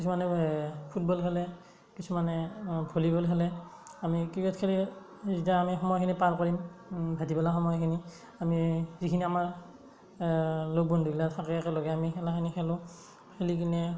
কিছুমানে ফুটবল খেলে কিছুমানে ভলীবল খেলে আমি ক্ৰেকেট খেলি যেতিয়া আমি সময়খিনি পাৰ কৰিম ভাটিবেলাৰ সময়খিনি আমি যিখিনি আমাৰ লগ বন্ধুবিলাক থাকে একেলগে আমি খেলাখিনি খেলোঁ খেলি কিনে